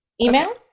Email